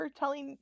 telling